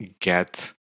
get